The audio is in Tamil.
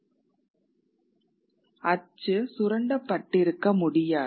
அச்சு சுரண்டப்பட்டிருக்க முடியாது